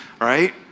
right